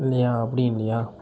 இல்லையா அப்படியும் இல்லையா